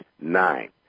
nine